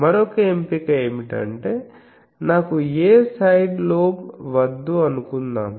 మరొక ఎంపిక ఏమిటంటే నాకు ఏ సైడ్ లోబ్ వద్దు అనుకుందాం